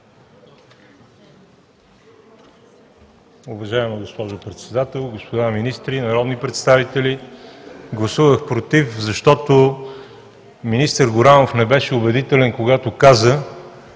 Уважаема госпожо Председател, господа министри, народни представители! Гласувах „против“, защото министър Горанов не беше убедителен, когато каза,